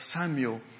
Samuel